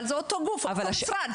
אבל זה אותו גוף, אותו משרד.